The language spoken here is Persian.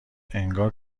انگار